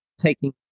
taking